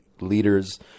leaders